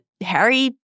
Harry